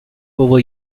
over